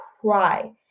cry